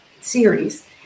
series